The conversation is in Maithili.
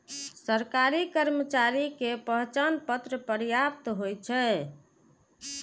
सरकारी कर्मचारी के पहचान पत्र पर्याप्त होइ छै